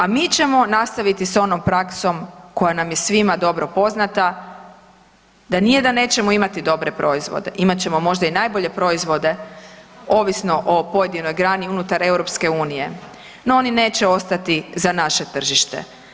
A mi ćemo nastaviti s onom praksom koja nam je svima dobro poznata, da nije da nećemo imati dobre proizvode, imat ćemo možda i najbolje proizvode ovisno o pojedinoj grani unutar EU, no oni neće ostati za naše tržište.